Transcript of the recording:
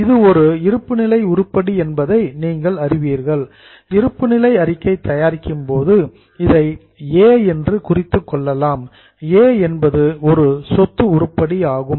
இது ஒரு இருப்புநிலை உருப்படி என்பதை நீங்கள் அறிவீர்கள் இருப்புநிலை அறிக்கை தயாரிக்கும் போது இதை ஏ என்றும் குறித்துக் கொள்ளலாம் ஏனென்றால் ஏ என்பது ஒரு சொத்து உருப்படி ஆகும்